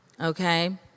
okay